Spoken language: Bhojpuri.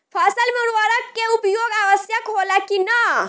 फसल में उर्वरक के उपयोग आवश्यक होला कि न?